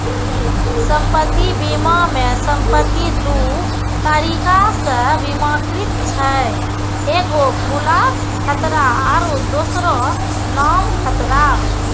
सम्पति बीमा मे सम्पति दु तरिका से बीमाकृत छै एगो खुला खतरा आरु दोसरो नाम खतरा